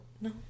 No